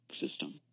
system